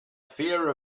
fear